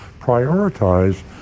prioritize